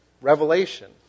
Revelation